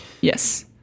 Yes